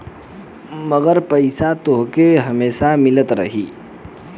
मगर पईसा तोहके हमेसा मिलत रही